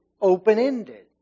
open-ended